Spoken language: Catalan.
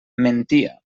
mentia